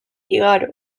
igaro